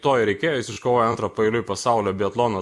to ir reikėjo jis iškovojo antrą paeiliui pasaulio biatlono